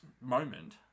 moment